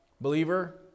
Believer